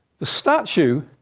the statue